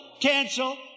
cancel